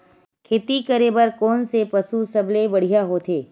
खेती करे बर कोन से पशु सबले बढ़िया होथे?